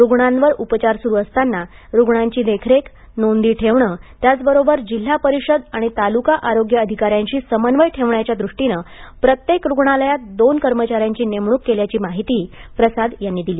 रुग्णांवर उपचार सुरू असताना रुग्णांची देखरेख नोंदी ठेवणं त्याचबरोबर जिल्हा परिषद आणि तालुका आरोग्य अधिकाऱ्यांशी समन्वय ठेवण्याच्या दृष्टीनं प्रत्येक रुग्णालयात दोन कर्मचाऱ्यांची नेमणूक केल्याची माहिती प्रसाद यांनी दिली